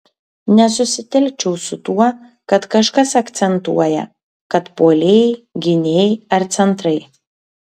nesusitelkčiau su tuo kad kažkas akcentuoja kad puolėjai gynėjai ar centrai